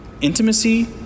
Intimacy